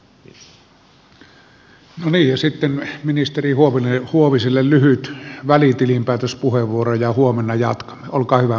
no niin sitten ministeri huoviselle lyhyt välitilinpäätöspuheenvuoro ja huomenna jatkamme